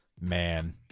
man